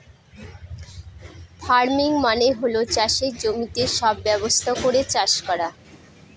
farming মানে হল চাষের জমিতে সব ব্যবস্থা করে চাষ করা